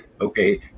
okay